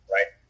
Right